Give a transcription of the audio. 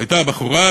הייתה בחורה,